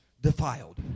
defiled